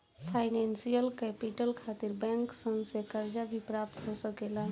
financial capital खातिर bank सन से कर्जा भी प्राप्त हो सकेला